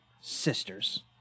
Sisters